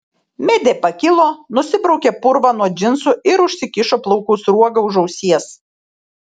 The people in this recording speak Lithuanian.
medė pakilo nusibraukė purvą nuo džinsų ir užsikišo plaukų sruogą už ausies